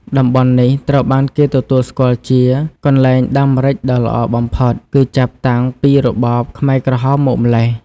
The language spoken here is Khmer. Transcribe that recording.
តំបន់នេះ ត្រូវបានគេទទួលស្គាល់ជា កន្លែងដាំម្រេចដ៏ល្អបំផុត គឺចាប់តាំងពីរបបខ្មែរក្រហមមកម្ល៉េះ។